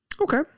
Okay